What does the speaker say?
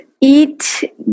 eat